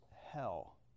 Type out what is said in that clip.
hell